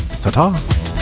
Ta-ta